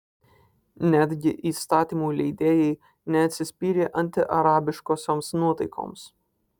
netgi įstatymų leidėjai neatsispyrė antiarabiškosioms nuotaikoms